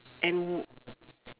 and